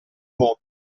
mondo